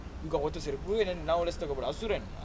you got otha serupu and now let's talk about asuran